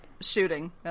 Shooting